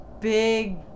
big